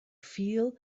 feel